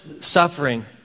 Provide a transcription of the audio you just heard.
suffering